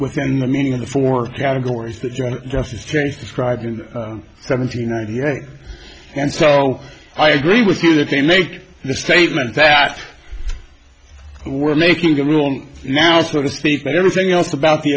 within the meaning of the four categories that you are just a trace describing seventy nine here and so i agree with you that they make the statement that we're making a rule now so to speak but everything else about the